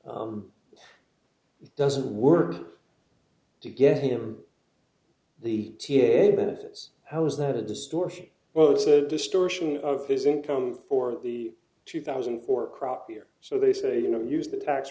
it doesn't work to get him the t a a benefits how is that a distortion well it's a distortion of his income for the two thousand and four crowd here so they say you know use the tax